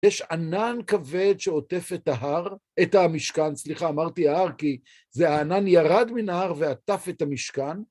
יש ענן כבד שעוטף את ההר.. את המשכן, סליחה, אמרתי הר, כי זה הענן ירד מן ההר ועטף את המשכן.